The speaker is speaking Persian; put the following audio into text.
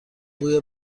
بوی